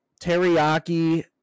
teriyaki